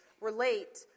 relate